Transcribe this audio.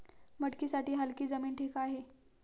मटकीसाठी हलकी जमीन ठीक आहे